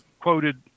quoted